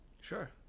Sure